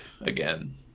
again